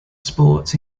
sports